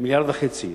מיליארד וחצי.